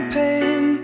pain